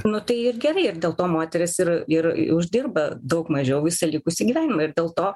nu tai ir gerai ir dėl to moteris ir ir uždirba daug mažiau visą likusį gyvenimą ir dėl to